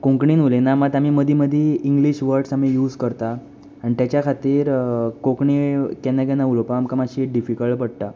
कोंकणींत उलयनात मात आमी मदीं मदीं इंग्लीश वर्ड्स आमी यूझ करतात आनी ताच्या खातीर कोंकणी केन्ना केन्ना उलोवपाक आमकां डिफिकल्ट पडटा